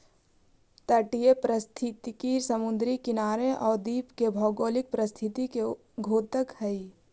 तटीय पारिस्थितिकी समुद्री किनारे आउ द्वीप के भौगोलिक परिस्थिति के द्योतक हइ